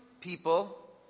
people